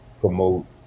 promote